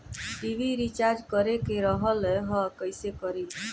TV recharge करे के रहल ह कइसे करी?